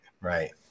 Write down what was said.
Right